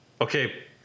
Okay